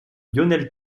lionel